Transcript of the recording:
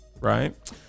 right